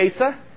Asa